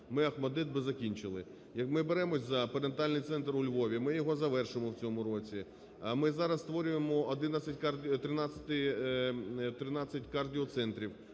ми "Охматдит" би закінчили. Як ми беремося за пренатальний центр у Львові, ми його завершимо у цьому році, ми зараз створюємо 13 кардіоцентрів